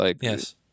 Yes